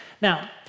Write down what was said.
Now